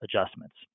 adjustments